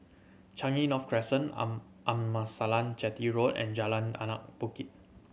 Changi North Crescent Amasalam Chetty Road and Jalan Anak Bukit